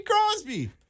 Crosby